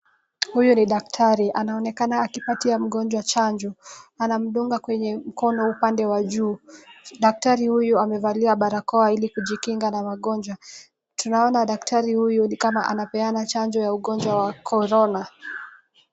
Huyu ni daktari anaonekana akipatia mgonjwa chanjo. Anamdunga kwenye mkono upande wa juu. Daktari huyu amevalia barakoa ili kujikinga na magonjwa. Tunaona daktari huyu ni kama anapeana chanjo ya ugonjwa wa corona.